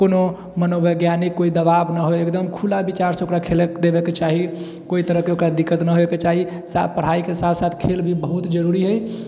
कोनो मनोवैज्ञानिक कोइ दबाब नहि होए एकदम खुला विचार से ओकरा खेलए देबएके चाही कोइ तरहके ओकरा दिक्कत नहि होएके चाही पढ़ाइके साथ साथ खेल भी बहुत जरूरी हइ